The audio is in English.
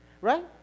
Right